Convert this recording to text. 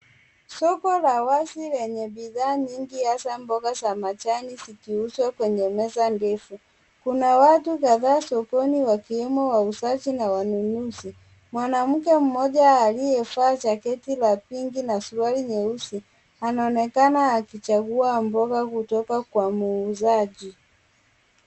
Soko la wazi lenye bidhaa mingi , hasaa mboga za majani zikiuzwa kwenye meza ndefu. Kuna watu kadhaa sokoni wakiwemo wauzaji na wanunuzi. Mwanamke moja aliyevaa jacket na na suruali nyeusi anaonekana akichagua mboga kutoka kwa muuzaji.